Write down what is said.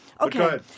Okay